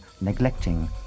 neglecting